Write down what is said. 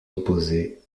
opposer